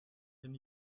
den